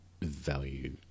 value